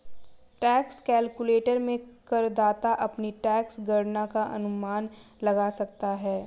tax calculator में करदाता अपनी टैक्स गणना का अनुमान लगा सकता है